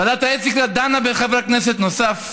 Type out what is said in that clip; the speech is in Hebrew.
ועדת האתיקה דנה בחבר כנסת נוסף,